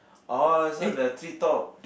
uh this one the Treetop